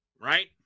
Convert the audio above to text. right